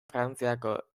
frantziako